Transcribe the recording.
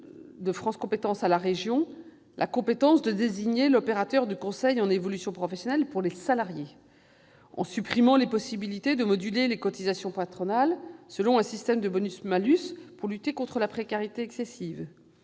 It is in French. de France compétences à la région la compétence de désigner l'opérateur du conseil en évolution professionnelle pour les salariés. Je pense aussi à la suppression des possibilités de moduler les cotisations patronales selon un système de bonus-malus pour lutter contre la précarité excessive